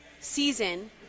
season